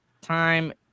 time